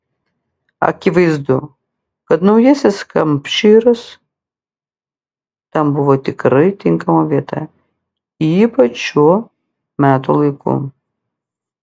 akivaizdu kad naujasis hampšyras tam buvo tikrai tinkama vieta ypač šiuo metų laiku